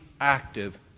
active